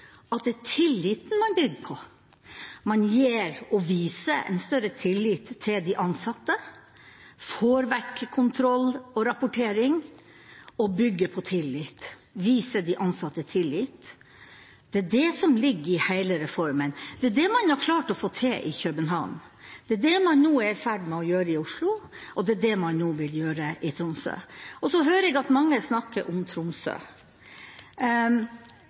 man bygger på tilliten. Man gir og viser en større tillit til de ansatte, får vekk kontroll og rapportering – bygger på tillit og viser de ansatte tillit. Det er det som ligger i hele reformen. Det er det man har klart å få til i København, det er det man nå er i ferd med å gjøre i Oslo, og det er det man vil gjøre i Tromsø. Så hører jeg at mange snakker om Tromsø.